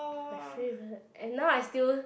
my favorite and now I still